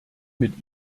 mit